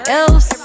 else